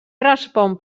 respon